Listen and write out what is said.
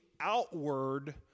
outward